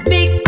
Big